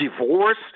divorce